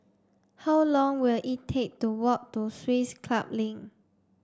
how long will it take to walk to Swiss Club Link